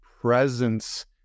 presence